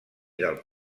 del